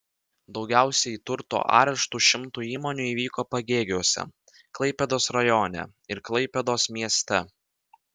daugiausiai turto areštų šimtui įmonių įvyko pagėgiuose klaipėdos rajone ir klaipėdos mieste